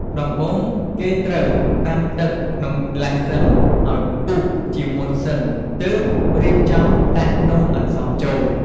ដំបូងគេត្រូវដាំទឹកក្នុងឡាំងសុឹងឱ្យពុះជាមុនសិនទើបរៀបចំដាក់នំអន្សមចូល។